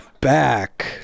back